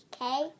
okay